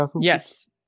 yes